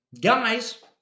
Guys